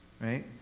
right